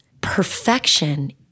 perfection